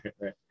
right